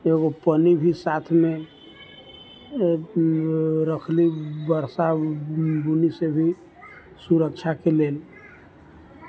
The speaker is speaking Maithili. एगो पन्नी भी साथमे रखली बरसा बुन्नीसँ भी सुरक्षाके लेल